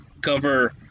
cover